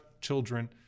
children